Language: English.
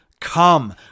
Come